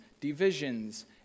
divisions